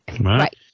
Right